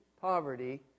poverty